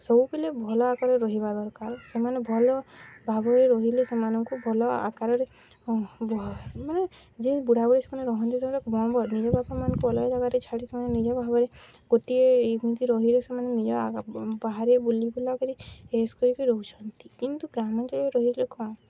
ସବୁବେଲେ ଭଲ ଆକାରରେ ରହିବା ଦରକାର ସେମାନେ ଭଲ ଭାବରେ ରହିଲେ ସେମାନଙ୍କୁ ଭଲ ଆକାରରେ ମାନେ ଯିଏ ବୁଢ଼ାବୁଢ଼ୀ ସେମାନେ ରୁହନ୍ତି ସେମାନେ ନିଜ ବାପା ମା'ମାନଙ୍କୁ ଅଲଗା ଜାଗାରେ ଛାଡ଼ି ସେମାନେ ନିଜ ଭାବରେ ଗୋଟିଏ ଏମିତି ରହିଲେ ସେମାନେ ନିଜ ବାହାରେ ବୁଲି ବୁଲା କରି ଏସ୍ କରିକି ରହୁଛନ୍ତି କିନ୍ତୁ ଗ୍ରାମାଞ୍ଚଳରେ ରହିଲେ କ'ଣ